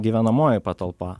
gyvenamoji patalpa